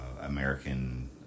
American